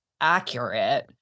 accurate